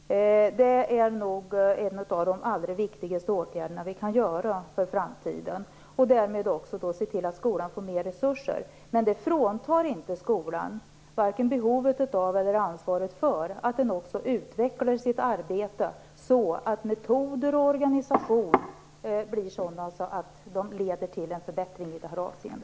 Det är nog en av de allra viktigaste åtgärderna som vi kan vidta för framtiden. Därmed kan vi också se till att skolan får mer resurser. Men det fråntar inte skolan vare sig behovet av eller ansvaret för att också utveckla sitt arbete så att metoder och organisation leder till en förbättring i detta avseende.